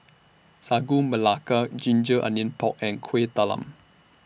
Sagu Melaka Ginger Onions Pork and Kueh Talam